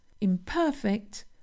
imperfect